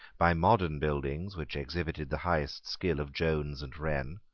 by modern buildings which exhibited the highest skill of jones and wren,